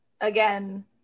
again